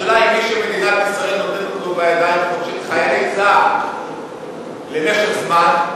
השאלה היא האם מי שמדינת ישראל נותנת לו בידיים חיילי צה"ל למשך זמן,